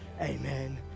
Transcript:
Amen